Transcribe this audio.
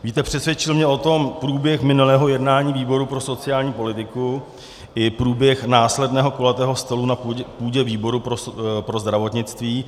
Víte, přesvědčil mě o tom průběh minulého jednání výboru pro sociální politiku i průběh následného kulatého stolu na půdě výboru pro zdravotnictví.